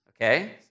okay